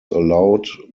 allowed